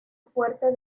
fuerte